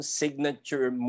signature